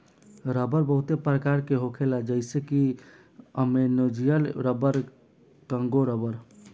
रबड़ बहुते प्रकार के होखेला जइसे कि अमेजोनियन रबर, कोंगो रबड़